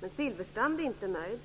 Men Silfverstrand är inte nöjd.